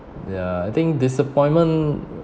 ya I think disappointment